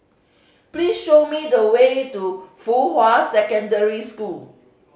please show me the way to Fuhua Secondary School